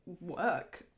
work